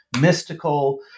mystical